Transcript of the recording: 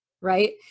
right